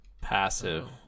Passive